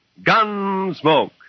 Gunsmoke